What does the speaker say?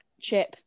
chip